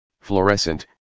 fluorescent